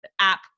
app